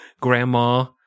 grandma